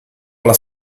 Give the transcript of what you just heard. alla